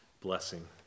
blessing